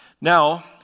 Now